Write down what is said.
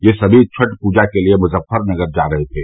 यह सभी छठ पूजा के लिए मुजप्फरपुर जा रहे थे